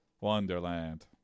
wonderland